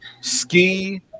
ski